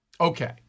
Okay